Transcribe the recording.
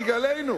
בגללנו.